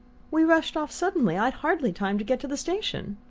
we rushed off suddenly i'd hardly time to get to the station.